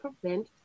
prevent